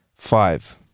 Five